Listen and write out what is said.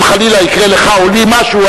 אם חלילה יקרה לך או לי משהו,